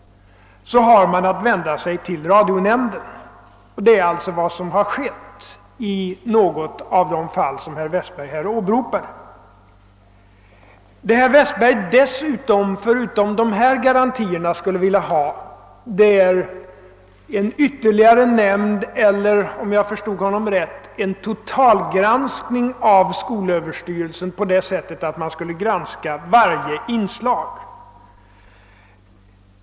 Detta är alltså vad som har hänt i ett av de fall som herr Westberg i Ljusdal har åberopat. Vad herr Westberg förutom dessa garantier skulle vilja ha är ytterligare en nämnd eller, om jag förstod honom rätt, en totalgranskning av skolöverstyrelsen så att varje inslag granskades.